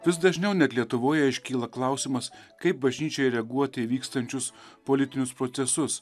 vis dažniau net lietuvoje iškyla klausimas kaip bažnyčiai reaguoti į vykstančius politinius procesus